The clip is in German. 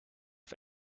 auf